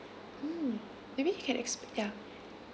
mm maybe you can exp~ yeah